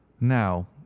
now